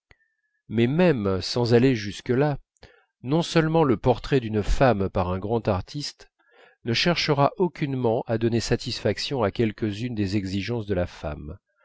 mais même sans aller jusque-là non seulement le portrait d'une femme par un grand artiste ne cherchera aucunement à donner satisfaction à quelques-unes des exigences de la femme